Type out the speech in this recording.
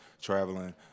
traveling